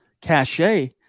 cachet